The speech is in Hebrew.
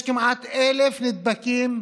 יש כמעט 1,000 נדבקים,